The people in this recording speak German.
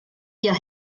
ihr